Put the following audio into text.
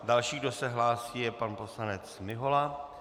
Další, kdo se hlásí, je pan poslanec Mihola.